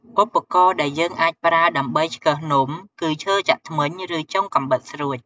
ឧបករណ៍ដែលយើងអាចប្រើដើម្បីឆ្កឹះនំ គឺឈើចាក់ធ្មេញ ឬចុងកាំបិតស្រួច។